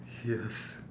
yes